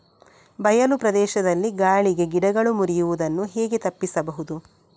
ಬಯಲು ಪ್ರದೇಶದಲ್ಲಿ ಗಾಳಿಗೆ ಗಿಡಗಳು ಮುರಿಯುದನ್ನು ಹೇಗೆ ತಪ್ಪಿಸಬಹುದು?